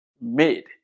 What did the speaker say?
made